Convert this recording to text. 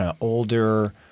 older